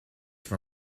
for